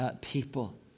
people